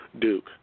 Duke